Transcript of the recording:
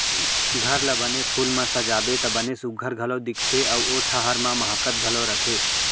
घर ला बने फूल म सजाबे त बने सुग्घर घलौ दिखथे अउ ओ ठहर ह माहकत घलौ रथे